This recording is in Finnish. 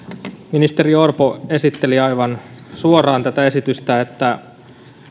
ministeri orpo esitteli aivan suoraan tätä esitystä että